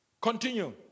Continue